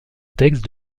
texte